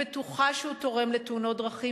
שחייבים לעשות אותם ביחד.